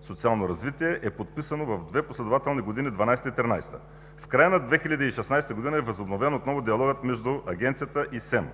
социално развитие е подписано в две последователни години – 2012 г. и 2013 г. В края на 2016 г. е възобновен отново диалогът между Агенцията и СЕМ